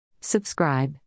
Subscribe